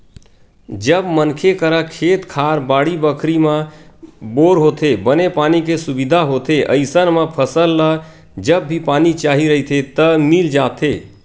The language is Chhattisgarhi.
जब मनखे करा खेत खार, बाड़ी बखरी म बोर होथे, बने पानी के सुबिधा होथे अइसन म फसल ल जब भी पानी चाही रहिथे त मिल जाथे